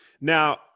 Now